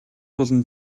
болон